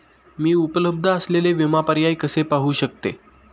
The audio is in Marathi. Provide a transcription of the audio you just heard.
मी उपलब्ध असलेले विमा पर्याय कसे पाहू शकते?